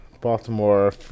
Baltimore